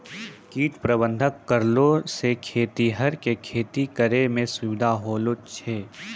कीट प्रबंधक करलो से खेतीहर के खेती करै मे सुविधा होलो छै